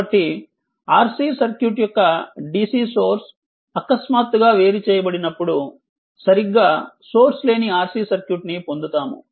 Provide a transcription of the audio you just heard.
కాబట్టి RC circuit యొక్క DC source అకస్మాత్తుగా వేరు చేయబడినప్పుడు సరిగ్గా సోర్స్ లేని RC సర్క్యూట్ ని పొందుతాము